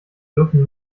dürfen